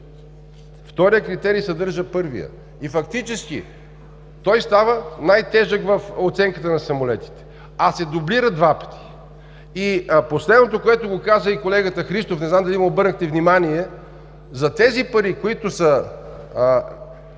вторият критерий съдържа първия и фактически той става най-тежък в оценката на самолетите, а се дублира два пъти. Последното, което каза и колегата Христов, не знам дали му обърнахте внимание, за тези пари, които са